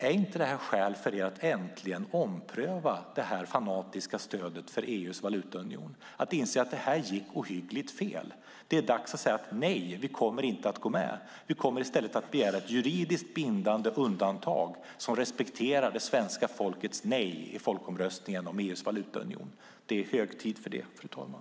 Är inte detta skäl för er att äntligen ompröva det fanatiska stödet för EU:s valutaunion, att inse att detta gick ohyggligt fel? Det är dags att säga att vi inte kommer att gå med utan i stället kommer att begära ett juridiskt bindande undantag som respekterar det svenska folkets nej i folkomröstningen om EU:s valutaunion. Det är hög tid för det, fru talman.